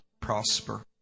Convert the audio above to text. prosper